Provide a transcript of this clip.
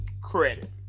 credit